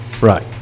right